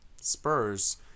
Spurs